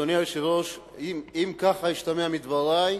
אדוני היושב-ראש, אם כך השתמע מדברי,